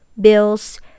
bills